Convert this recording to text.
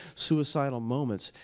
suicidal moments,